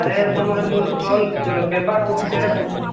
ଆରେ ତମର ଯେଉଁ ଷ୍ଟଲ୍ ଯେଉଁଟା ବେପାର ହେଉନି ସେଇଟା କହୁଛ